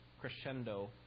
crescendo